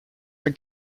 for